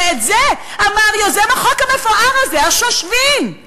ואת זה אמר יוזם החוק המפואר הזה, השושבין,